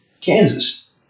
Kansas